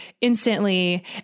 instantly